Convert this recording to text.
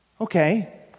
Okay